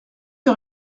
ces